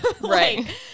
Right